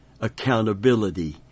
accountability